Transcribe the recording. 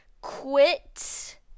quit